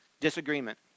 disagreement